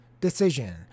decision